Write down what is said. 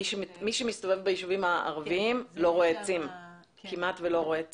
מי שמסתובב ביישובים הערבים כמעט ולא רואה עצים.